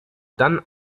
dann